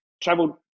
traveled